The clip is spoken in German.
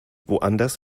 woanders